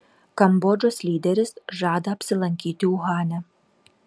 kambodžos lyderis žada apsilankyti uhane